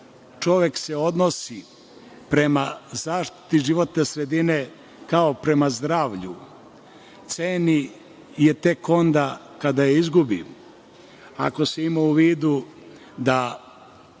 čovek odnosi prema zaštiti životne sredine kao prema zdravlju, ceni je tek onda kada je izgubi, ako se ima u vidu da